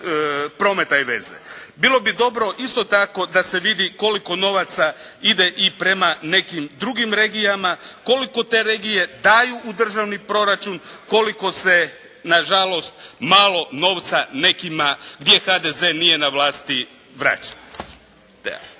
prometa i veza. Bilo bi dobro isto tako da se vidi koliko novaca ide i prema nekim drugim regijama. Koliko te regije daju u Državni proračun. Koliko se nažalost malo novca nekima gdje HDZ nije na vlasti vraća. Tea.